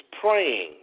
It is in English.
praying